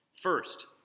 First